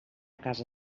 casa